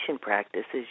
practices